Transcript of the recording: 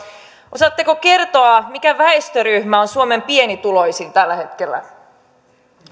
osaatteko kertoa mikä väestöryhmä on suomen pienituloisin tällä hetkellä